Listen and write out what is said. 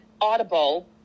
Audible